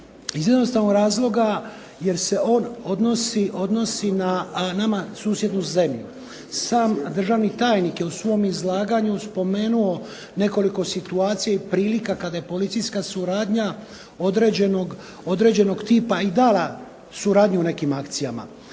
Iz jednostavnog razloga jer se on odnosi na nama susjednu zemlju. Sam državni tajnik je u svom izlaganju spomenuo nekoliko prilika i situacija kada je policijska suradnja određenog tipa i dala suradnju u nekim akcijama,